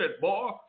boy